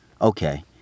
Okay